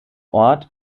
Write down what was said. ort